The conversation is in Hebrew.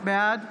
בעד